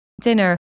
dinner